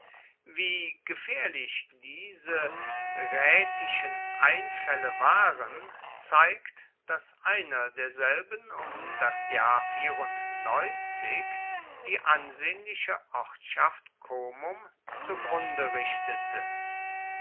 wie gefährlich diese rätischen einfälle waren zeigt daß einer derselben um das jahr die ansehnliche ortschaft comum zugrunde richtete